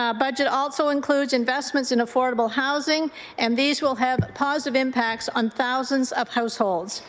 ah budget also includes investments in affordable housing and these will have positive impacts on thousands of households,